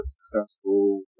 successful